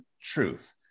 truth